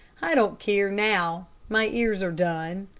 i don't care, now my ears are done.